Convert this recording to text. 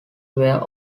were